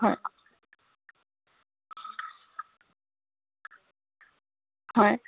হয় হয়